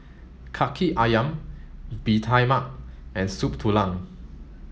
Kaki Ayam Bee Tai Mak and Soup Tulang